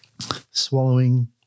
swallowing